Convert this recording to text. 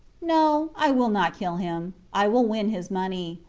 no, i will not kill him i will win his money.